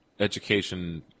education